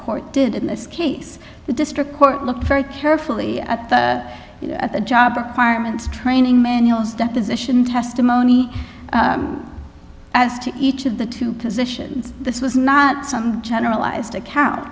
court did in this case the district court looked very carefully at the job requirements training manuals deposition testimony as to each of the two positions this was not some generalized account